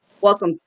Welcome